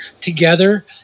together